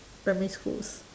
primary school's